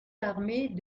l’armée